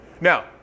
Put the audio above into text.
Now